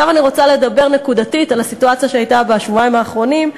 עכשיו אני רוצה לדבר נקודתית על הסיטואציה שהייתה בשבועיים האחרונים,